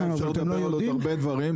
אפשר לדבר על עוד הרבה דברים,